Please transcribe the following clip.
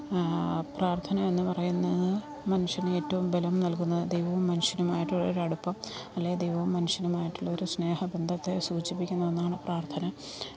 പ്രാർത്ഥന എന്നു പറയുന്നത് മനുഷ്യന് ഏറ്റവും ബലം നൽകുന്ന ദൈവവും മനുഷ്യനുമായിട്ടുള്ളൊരു അടുപ്പം അല്ലേ ദൈവവും മനുഷ്യനുമായിട്ടുള്ള ഒരു സ്നേഹബന്ധത്തെ സൂചിപ്പിക്കുന്ന ഒന്നാണ് പ്രാർത്ഥന